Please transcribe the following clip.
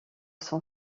son